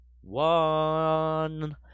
one